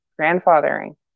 grandfathering